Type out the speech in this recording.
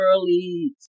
early